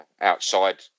outside